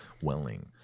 Welling